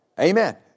Amen